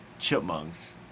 chipmunks